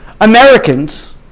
Americans